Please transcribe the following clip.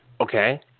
Okay